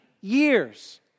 years